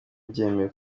byemewe